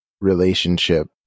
relationship